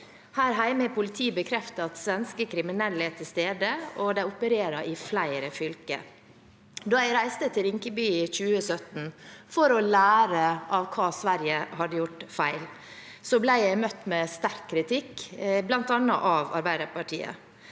har politiet bekreftet at svenske kriminelle er til stede, og at de opererer i flere fylker. Da jeg reiste til Rinkeby i 2017 for å lære av hva Sverige hadde gjort feil, ble jeg møtt med sterk kritikk, bl.a. fra Arbeiderpartiet.